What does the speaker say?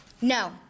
No